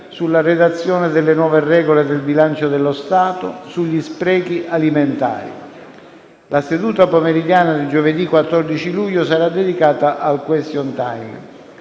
sulla redazione delle nuove regole di bilancio dello Stato; sugli sprechi alimentari. La seduta pomeridiana di giovedì 14 luglio sarà dedicata al *question time*.